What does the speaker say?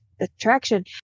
attraction